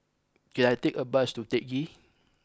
can I take a bus to Teck Ghee